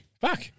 Fuck